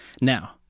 now